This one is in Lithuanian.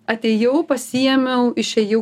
atėjau pasiėmiau išėjau